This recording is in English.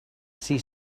see